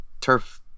turf